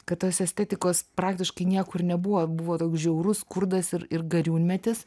kad tos estetikos praktiškai niekur nebuvo buvo toks žiaurus skurdas ir ir gariūnmetis